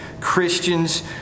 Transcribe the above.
Christians